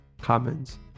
comments